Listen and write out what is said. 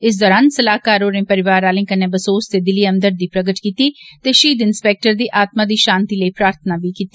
इस दौरान स्लाहकार डोरें परिवार आलें कन्नै बसोस ते दिली हमदर्दी प्रगत कीती ते शहीद इन्स्पेक्टर दी आत्मा दी शांति लेई प्रार्थना बी कीती